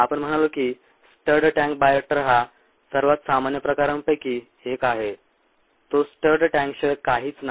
आपण म्हणालो की स्टर्ड टँक बायोरिएक्टर हा सर्वात सामान्य प्रकारांपैकी एक आहे तो स्टर्ड टँकशिवाय काहीच नाही